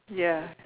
ya